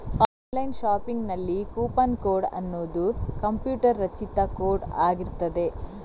online ಶಾಪಿಂಗಿನಲ್ಲಿ coupon code ಅನ್ನುದು computer ರಚಿತ ಕೋಡ್ ಆಗಿರ್ತದೆ